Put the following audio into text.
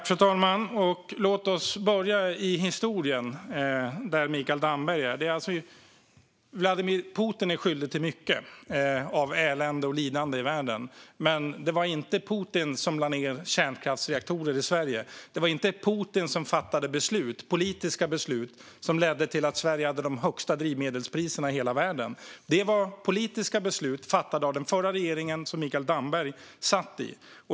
Fru talman! Låt oss börja i historien, där Mikael Damberg är. Vladimir Putin är skyldig till mycket elände och lidande i världen, men det var inte Putin som lade ned kärnkraftsreaktorer i Sverige. Det var inte Putin som fattade politiska beslut som ledde till att Sverige hade de högsta drivmedelspriserna i hela världen. Det var politiska beslut fattade av den förra regeringen, som Mikael Damberg satt i.